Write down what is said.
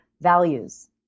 values